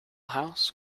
house